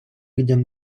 людям